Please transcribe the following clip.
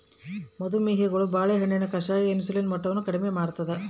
ಮದು ಮೇಹಿಗಳು ಬಾಳೆಹಣ್ಣಿನ ಕಷಾಯ ಇನ್ಸುಲಿನ್ ಮಟ್ಟವನ್ನು ಕಡಿಮೆ ಮಾಡ್ತಾದ